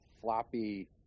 floppy